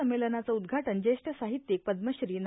संमेलनाचे उदघाटन ज्येष्ठ साहित्यिक पदमश्री ना